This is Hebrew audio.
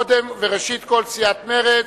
קודם וראשית כול, סיעת מרצ,